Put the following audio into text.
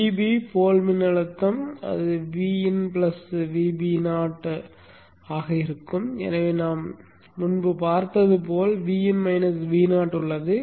Vb போல் மின்னழுத்தம் Vin Vbo ஆக இருக்கும் எனவே நாம் முன்பு பார்த்தது போல் Vin Vo உள்ளது